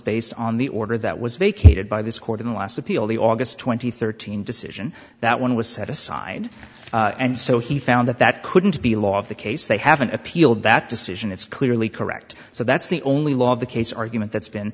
based on the order that was vacated by this court in the last appeal the august twenty third team decision that one was set aside and so he found that that couldn't be lost the case they haven't appealed that decision it's clearly correct so that's the only law of the case argument that's been